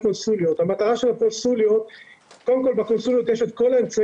שלנו ובהתייעצויות המקצועיות אנחנו מנסים